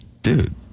dude